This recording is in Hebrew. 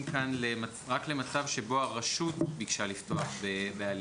כאן רק למצב שבו הרשות ביקשה לפתוח בהליך.